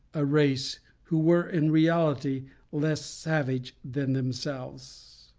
a race who were in reality less savage than themselves.